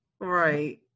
right